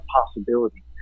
possibility